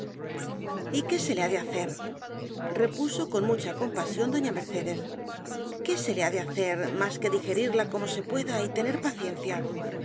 y qué se le ha de hacer repuso con mucha compasión doña mercedes qué se le ha de hacer más que digerirla como se pueda y tener paciencia